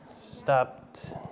stopped